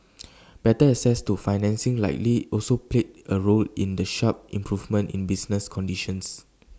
better access to financing likely also played A role in the sharp improvement in business conditions